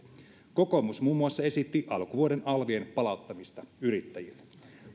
kokoomus muun muassa esitti alkuvuoden alvien palauttamista yrittäjille